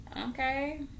okay